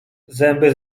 zęby